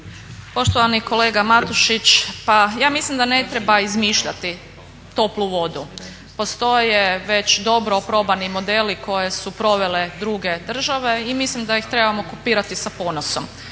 Poštovani kolega Matušić, ja mislim da ne treba izmišljati toplu vodu. Postoje već dobro probani modeli koje su provele druge države i mislim da ih trebamo kopirati sa ponosom